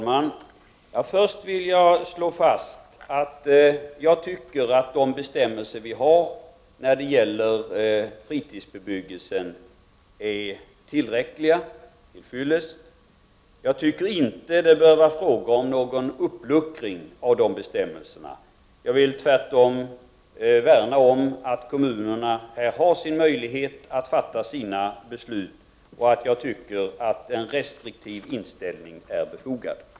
Fru talman! Först vill jag slå fast att jag anser att de bestämmelser vi har när det gäller fritidsbebyggelse är till fyllest. Jag tycker inte att det bör vara fråga om någon uppluckring av de bestämmelserna. Tvärtom vill jag värna om att kommunerna här har möjlighet att fatta sina beslut, och jag tycker att en restriktiv inställning är befogad.